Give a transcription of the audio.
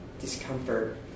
discomfort